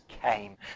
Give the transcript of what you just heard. came